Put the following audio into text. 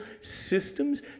systems